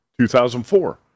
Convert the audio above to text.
2004